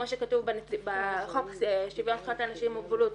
כמו שכתוב בחוק שוויון זכויות לאנשים עם מוגבלות